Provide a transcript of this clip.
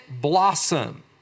blossom